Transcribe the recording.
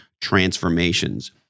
transformations